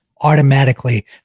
automatically